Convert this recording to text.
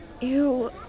Ew